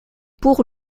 pour